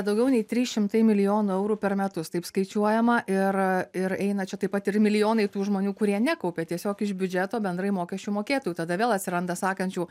daugiau nei trys šimtai milijonų eurų per metus taip skaičiuojama ir ir eina čia taip pat ir milijonai tų žmonių kurie nekaupia tiesiog iš biudžeto bendrai mokesčių mokėtojų tada vėl atsiranda sakančių